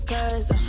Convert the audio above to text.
Cause